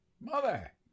Mother